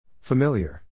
Familiar